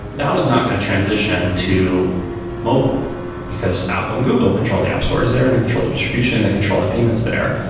that was not going to transition to mobile because apple and google control the app stores there and they control the distribution, they control the payments there.